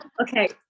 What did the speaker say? okay